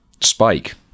spike